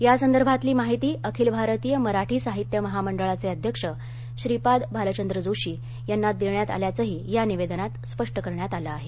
या संदर्भातली माहिती अखिल भारतीय मराठी साहित्य महामंडळाचे अध्यक्ष श्रीपाद भालचंद्र जोशी यांना देण्यात आल्याचंही या निवेदनात स्पष्ट करण्यात आलं आहे